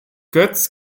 götz